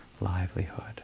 livelihood